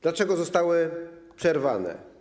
Dlaczego zostały one przerwane?